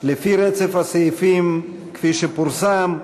לפי רצף הסעיפים כפי שפורסם,